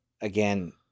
again